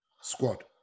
squad